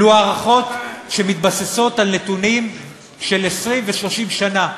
אלו הערכות שמתבססות על נתונים של 20 ו-30 שנה,